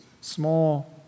small